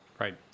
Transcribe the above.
Right